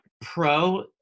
pro